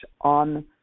on